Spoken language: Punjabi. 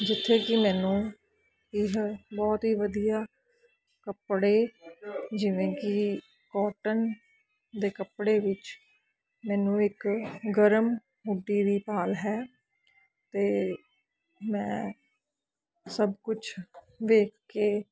ਜਿੱਥੇ ਕਿ ਮੈਨੂੰ ਇਹ ਬਹੁਤ ਹੀ ਵਧੀਆ ਕੱਪੜੇ ਜਿਵੇਂ ਕਿ ਕੋਟਨ ਦੇ ਕੱਪੜੇ ਵਿੱਚ ਮੈਨੂੰ ਇੱਕ ਗਰਮ ਹੂ਼ਡੀ ਦੀ ਭਾਲ ਹੈ ਅਤੇ ਮੈਂ ਸਭ ਕੁਛ ਵੇਖ ਕੇ